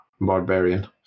barbarian